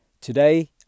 Today